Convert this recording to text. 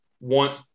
want